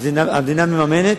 אז המדינה מממנת?